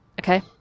Okay